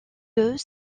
deux